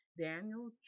Daniel